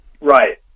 Right